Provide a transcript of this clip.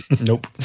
Nope